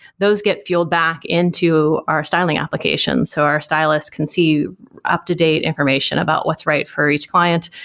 those get fueled back into our styling applications, so our stylists can see up-to-date information about what's right for each client,